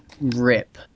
rip